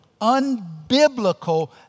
unbiblical